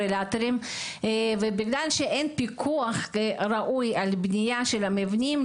בגלל שאין פיקוח ראוי על בניית המבנים,